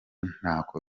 ntako